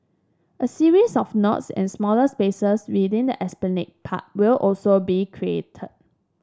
a series of nodes and smaller spaces within the Esplanade Park will also be created